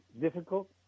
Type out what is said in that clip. difficult